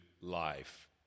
life